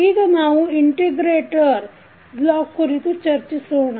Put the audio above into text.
ಈಗ ನಾವು integrator block ಕುರಿತು ಚರ್ಚಿಸೋಣ